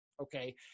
Okay